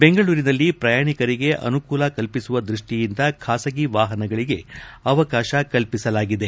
ಬೆಂಗಳೂರಿನಲ್ಲಿ ಪ್ರಯಾಣಿಕರಿಗೆ ಅನೂಕೂಲ ಕಲ್ಪಿಸುವ ದೃಷ್ಟಿಯಿಂದ ಖಾಸಗಿ ವಾಹನಗಳಿಗೆ ಅವಕಾಶ ಕಲ್ಪಿಸಲಾಗಿದೆ